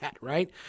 right